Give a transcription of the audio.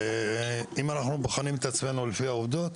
אם אנחנו בוחנים את עצמנו לפי העובדות,